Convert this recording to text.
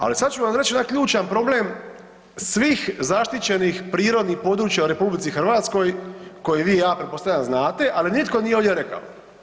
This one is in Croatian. Ali sad ću vam reći jedan ključan problem svih zaštićenih prirodnih područja u RH koje vi i ja pretpostavljam znate ali nitko nije ovdje rekao.